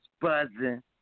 buzzing